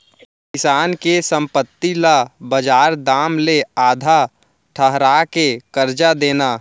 किसान के संपत्ति ल बजार दाम ले आधा ठहरा के करजा देना